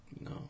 No